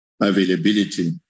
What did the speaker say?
availability